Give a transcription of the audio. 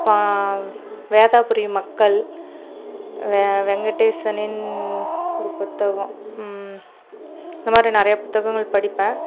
வேதாபுரியும் மக்கள் வெங்கடேசனின் ஒரு புத்தகம் இந்த மாதிரி நிறைய புத்தகங்கள் படிப்பேன்